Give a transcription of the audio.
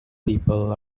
people